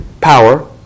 power